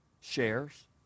shares